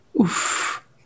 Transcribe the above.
Oof